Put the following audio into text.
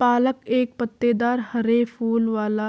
पालक एक पत्तेदार हरे फूल वाला